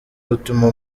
rutuma